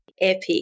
epic